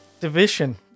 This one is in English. division